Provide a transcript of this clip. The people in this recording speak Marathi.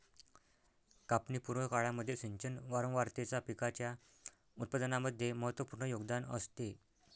कापणी पूर्व काळामध्ये सिंचन वारंवारतेचा पिकाच्या उत्पादनामध्ये महत्त्वपूर्ण योगदान असते